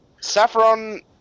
Saffron